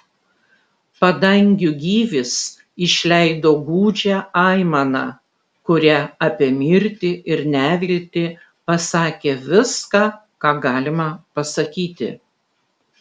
padangių gyvis išleido gūdžią aimaną kuria apie mirtį ir neviltį pasakė viską ką galima pasakyti